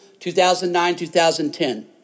2009-2010